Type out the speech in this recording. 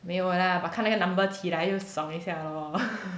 没有 lah but 看那个 number 起来就爽一下 lor